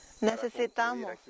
Necesitamos